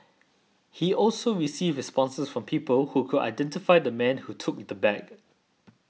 he also received responses from people who could identify the man who took the bag